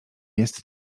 jest